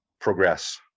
progress